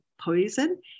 poison